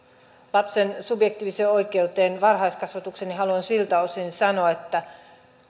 lapsen subjektiivisesta oikeudesta varhaiskasvatukseen haluan siltä osin sanoa että